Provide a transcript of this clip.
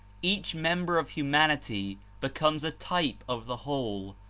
each member of humanity becomes a type of the whole,